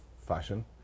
fashion